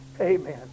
Amen